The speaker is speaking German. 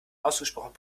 ausgesprochen